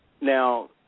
Now